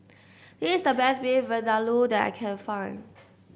this the best Beef Vindaloo that I can find